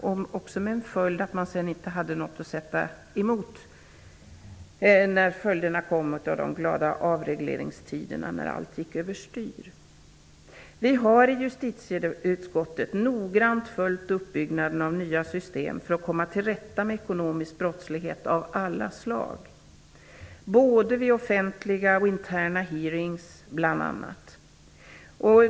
Ett resultat blev också att man inte hade något att sätta emot när följderna av de glada avregleringstiderna kom och allt gick över styr. Vi har i justitieutskottet, bl.a. i samband med både offentliga och interna utfrågningar, noggrant följt uppbyggnaden av nya system för att komma till rätta med ekonomisk brottslighet av alla slag.